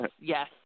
yes